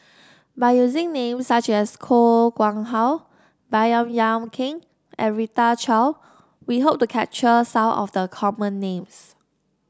by using names such as Koh Nguang How Baey Yam Keng and Rita Chao we hope to capture some of the common names